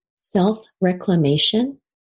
self-reclamation